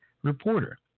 Reporter